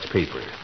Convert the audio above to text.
paper